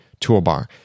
toolbar